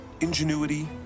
ingenuity